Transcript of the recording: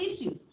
issues